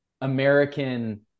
American